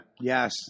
yes